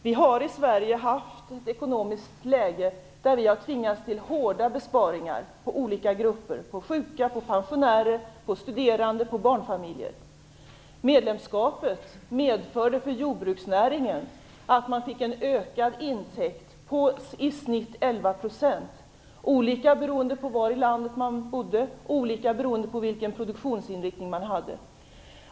Vi har i Sverige haft ett ekonomiskt läge där vi har tvingats till hårda besparingar för olika grupper, för sjuka, pensionärer, studerande och för barnfamiljer. Medlemskapet medförde för jordbruksnäringen att man fick en ökad intäkt på i genomsnitt 11 %, olika beroende på var i landet man bodde och vilken produktionsinriktning man hade.